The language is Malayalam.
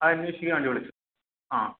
അത് അന്വേഷിക്കാൻ വേണ്ടി വിളിച്ചത് ആ